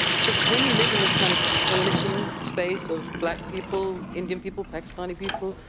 so when you live in this kind of coalition space of black people, indian people, pakistani people,